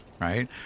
Right